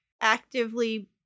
actively